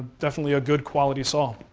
definitely a good quality saw,